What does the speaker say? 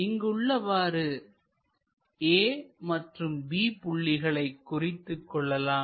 இங்கு உள்ளவாறு a மற்றும் b புள்ளிகளை குறித்துக் கொள்ளலாம்